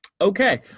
Okay